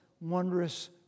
wondrous